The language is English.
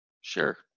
Sure